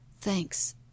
Thanks